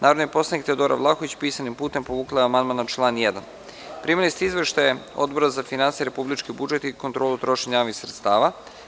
Narodni poslanik Teodora Vlahović, pisanim putem, povukla je amandman na član 1. Primili ste izveštaj Odbora za finansije, republički budžet i kontrolu trošenja javnih sredstava.